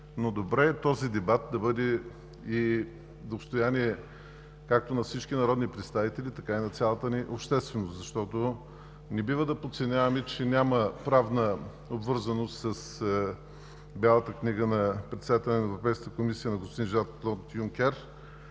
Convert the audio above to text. но добре е този дебат да бъде и достояние както на всички народни представители, така и на цялата ни общественост. Защото не бива да подценяваме, че няма правна обвързаност с Бялата книга на председателя на Европейската комисия господин Жан-Клод Юнкер.